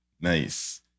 Nice